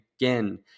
again